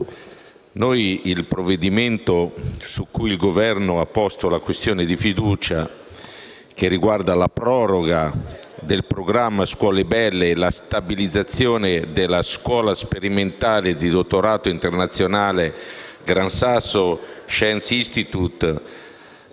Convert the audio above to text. il provvedimento su cui il Governo ha posto la questione di fiducia riguarda la proroga del programma scuole belle e la stabilizzazione della Scuola sperimentale di dottorato internazionale Gran Sasso Science Institute.